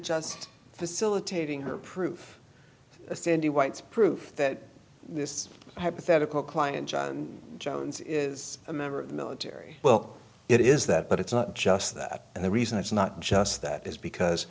just facilitating her proof cindy white's proof that this hypothetical client john jones is a member of the military well it is that but it's not just that and the reason it's not just that is because